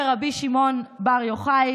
אדוני היושב-ראש,